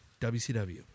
WCW